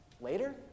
later